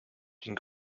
den